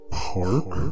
park